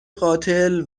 قاتل